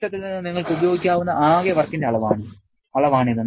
സിസ്റ്റത്തിൽ നിന്ന് നിങ്ങൾക്ക് ഉപയോഗിക്കാവുന്ന ആകെ വർക്കിന്റെ അളവാണിത്